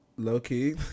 low-key